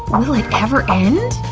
will it ever end?